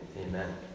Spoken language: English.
Amen